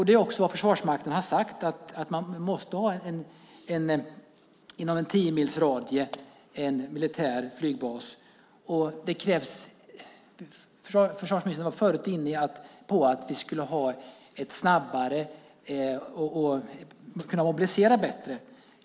Det är också vad Försvarsmakten har sagt: Man måste ha en militär flygbas inom en tiomilsradie. Försvarsministern var förut inne på att vi skulle ha ett snabbare försvar och kunna mobilisera bättre.